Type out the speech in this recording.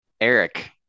Eric